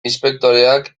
inspektoreak